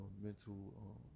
mental